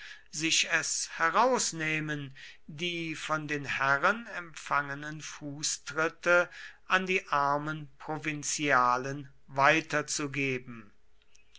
sich es herausnehmen die von den herren empfangenen fußtritte an die armen provinzialen weiterzugeben